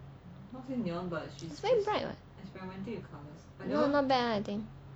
it's very bright [what] not bad [what] I think